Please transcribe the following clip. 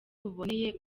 buboneye